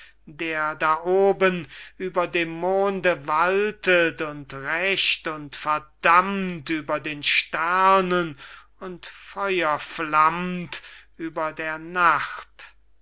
der da oben über dem monde waltet und rächt und verdammt über den sternen und feuerflammt über der nacht